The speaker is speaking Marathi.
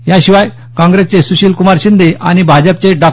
याशिवाय काँग्रेसचे सुशीलकुमार शिंदे आणि भाजपचे डॉ